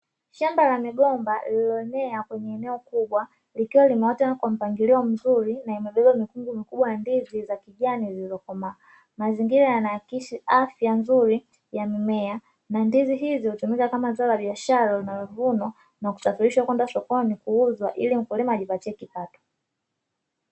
Shamba la migomba liloenea kwenye eneo kubwa likiwa limeota kwenye mpangilio mzuri na imebeba mikungu mikubwa ya ndizi za kijani zilizokomaa, mazingira yanaakisi afya nzuri ya mimea na ndizi hizo hutumika kama zao la biashara linalovunwa na kusafirishwa kwenda sokoni kuuzwa ili mkulima ajipatie kipato.